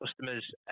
customers